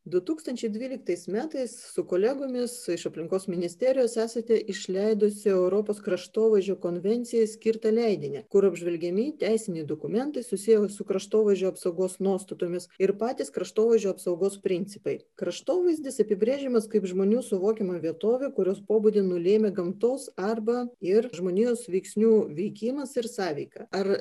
du tūkstančiai dvyliktais metais su kolegomis iš aplinkos ministerijos esate išleidusi europos kraštovaizdžio konvencijai skirtą leidinį kur apžvelgiami teisiniai dokumentai susiję su kraštovaizdžio apsaugos nuostatomis ir patys kraštovaizdžio apsaugos principai kraštovaizdis apibrėžiamas kaip žmonių suvokiama vietovė kurios pobūdį nulėmė gamtos arba ir žmonijos veiksnių veikimas ir sąveika ar